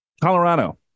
colorado